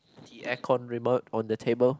the aircon remote on the table